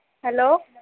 hello